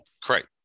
Correct